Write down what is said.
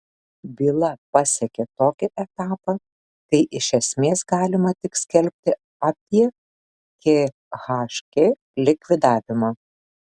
byla pasiekė tokį etapą kai iš esmės galima tik skelbti apie khk likvidavimą